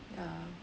ya